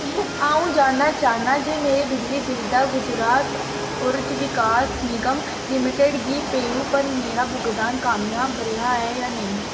अ'ऊं जानना चाह्न्नां जे मेरे बिजली बिल दा गुजरात ऊर्जा विकास निगम लिमिटड गी पेऽ यू पर मेरा भुगतान कामयाब रेहा ऐ जां नेईं